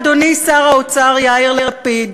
אדוני שר האוצר יאיר לפיד.